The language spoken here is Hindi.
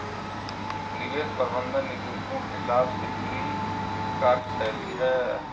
निवेश प्रबंधन निवेशकों के लाभ से जुड़ी कार्यशैली है